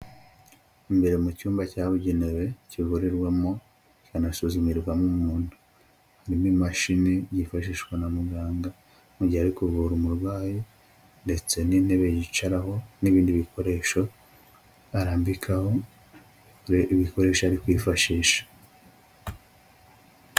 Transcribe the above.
Imbere mu cyumba cyabugenewe kivurirwamo kikanasuzumirwamo umuntu, harimo imashini yifashishwa na muganga mu gihe ari kuvura umurwayi ndetse n'intebe yicaraho n'ibindi bikoresho arambikaho ibikoresha ari kwifashisha.